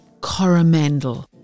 Coromandel